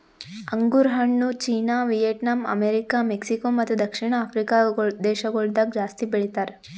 ಅಂಗುರ್ ಹಣ್ಣು China, Vietnam, America, Mexico ಮತ್ತ ದಕ್ಷಿಣ ಆಫ್ರಿಕಾ ದೇಶಗೊಳ್ದಾಗ್ ಜಾಸ್ತಿ ಬೆಳಿತಾರ್